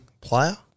player